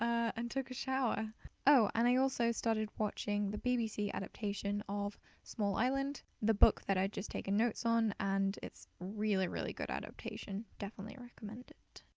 ah and took a shower oh and i also started watching the bbc adaptation of small island the book that i'd just taken notes on and its a really really good adaptation, definitely recommend it.